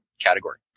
category